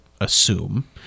assume